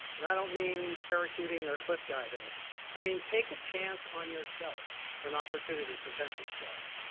and i don't mean parachuting or cliff diving i mean take a chance on yourself when opportunity presents itself.